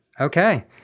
Okay